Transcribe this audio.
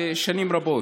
שנים רבות.